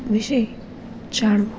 વિશે જાણવું